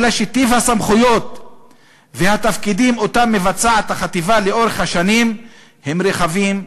אלא שטיב הסמכויות והתפקידים אותם מבצעת החטיבה לאורך השנים הם רחבים,